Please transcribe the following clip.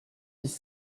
dix